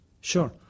sure